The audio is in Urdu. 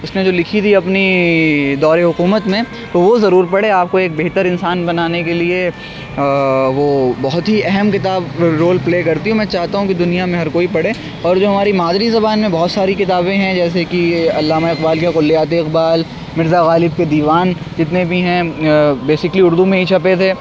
اس نے جو لکھی ہوئی ہے اپنی دور حکومت میں تو وہ ضرور پڑھیں آپ کو ایک بہتر انسان بنانے کے لیے وہ بہت ہی اہم کتاب رول پلے کرتی ہوں میں چاہتا ہوں کہ دنیا میں ہر کوئی پڑھے اور جو ہماری مادری زبان میں بہت ساری کتابیں ہیں جیسے کہ علامہ اقبال کی کلیات اقبال مرزا غالب کے دیوان جتنے بھی ہیں بیسیکلی اردو میں ہی چھپے تھے